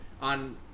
On